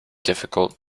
difficult